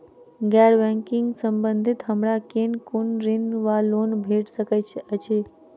गैर बैंकिंग संबंधित हमरा केँ कुन ऋण वा लोन भेट सकैत अछि?